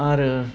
आरो